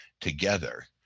together